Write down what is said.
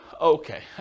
Okay